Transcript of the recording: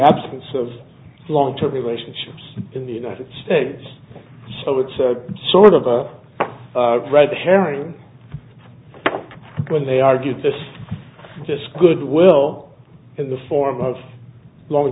absence of long term relationships in the united states so it's a sort of a red herring when they argue this this good will in the form of long